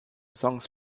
songs